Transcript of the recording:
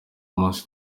umunsi